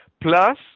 plus